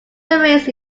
raised